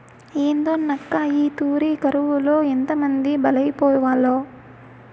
ఏందోనక్కా, ఈ తూరి కరువులో ఎంతమంది బలైపోవాల్నో